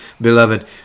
beloved